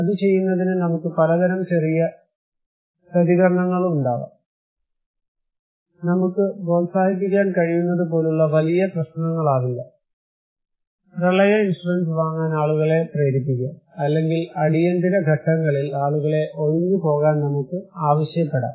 അത് ചെയ്യുന്നതിന് നമുക്ക് പലതരം ചെറിയ പ്രതികരണങ്ങളുമുണ്ടാവാം നമുക്ക് പ്രോത്സാഹിപ്പിക്കാൻ കഴിയുന്നതു പോലുള്ള വലിയ പ്രശ്നങ്ങളാവില്ല പ്രളയ ഇൻഷുറൻസ് വാങ്ങാൻ ആളുകളെ പ്രേരിപ്പിക്കാം അല്ലെങ്കിൽ അടിയന്തിര ഘട്ടങ്ങളിൽ ആളുകളെ ഒഴിഞ്ഞു പോകാൻ നമുക്ക് ആവശ്യപ്പെടാം